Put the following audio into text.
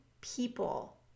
people